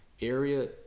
area